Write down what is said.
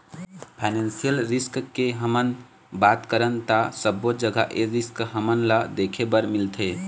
financial risk के हमन बात करन ता सब्बो जघा ए रिस्क हमन ल देखे बर मिलथे